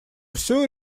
все